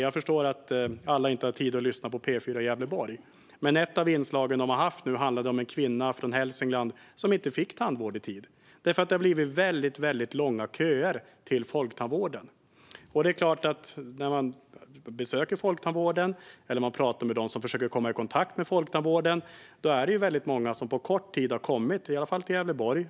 Jag förstår att alla inte har tid att lyssna på P4 Gävleborg, men ett av inslagen handlade om en kvinna från Hälsingland som inte fick tandvård i tid därför att det har blivit väldigt långa köer till folktandvården. När man besöker folktandvården eller pratar med dem som försöker komma i kontakt med folktandvården hör man att det på kort tid har kommit många med dålig tandhälsa, i alla fall till Gävleborg.